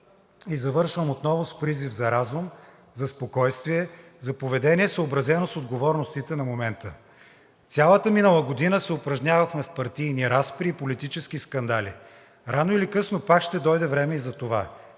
и завършвам отново с призив за разум, за спокойствие, за поведение, съобразено с отговорностите на момента. Цялата минала година се упражнявахме в партийни разпри и политически скандали. Рано или късно пак ще дойде време и за това,